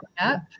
up